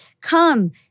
Come